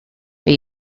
are